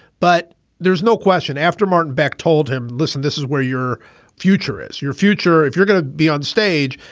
but there's no question after martin beck told him, listen, this is where your future is, your future, if you're gonna be onstage,